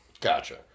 Gotcha